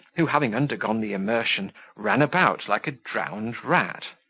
who, having undergone the immersion, ran about like a drowned rat,